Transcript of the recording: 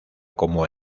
como